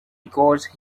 because